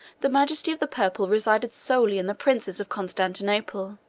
the majesty of the purple resided solely in the princes of constantinople